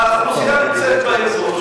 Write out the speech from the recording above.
האוכלוסייה נמצאת באזור,